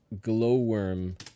glowworm